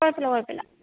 കുഴപ്പമില്ല കുഴപ്പമില്ല